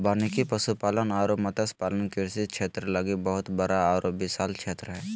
वानिकी, पशुपालन अरो मत्स्य पालन कृषि क्षेत्र लागी बहुत बड़ा आरो विशाल क्षेत्र हइ